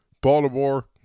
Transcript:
Baltimore